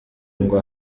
ngo